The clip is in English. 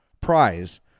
prize